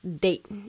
date